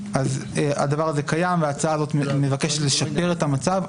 הדבר הזה קיים, וההצעה הזאת מבקשת לשפר את המצב.